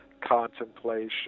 contemplation